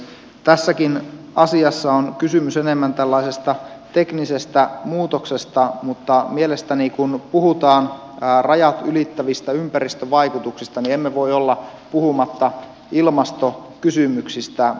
tässäkin asiassa on kysymys enemmän tällaisesta teknisestä muutoksesta mutta kun puhutaan rajat ylittävistä ympäristövaikutuksista niin mielestäni emme voi olla puhumatta ilmastokysymyksistä